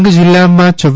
ડાંગ જિલ્લામાં રૂ